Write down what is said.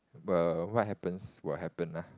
well what happens will happen lah